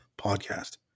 podcast